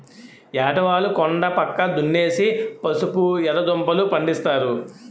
ఏటవాలు కొండా పక్క దున్నేసి పసుపు, ఎర్రదుంపలూ, పండిస్తారు